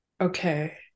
Okay